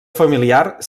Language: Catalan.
familiar